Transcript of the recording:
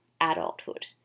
adulthood